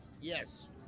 Yes